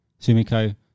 Sumiko